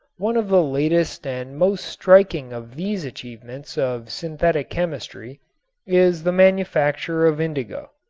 one of the latest and most striking of these achievements of synthetic chemistry is the manufacture of indigo.